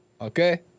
okay